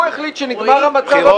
הוא החליט שנגמר המצב --- הבחירות